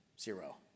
zero